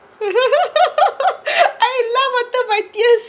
I laughed until my tears